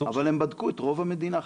אבל הם בדקו את רוב המדינה.